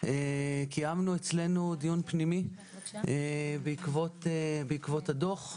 קיימנו אצלנו דיון פנימי בעקבות הדוח.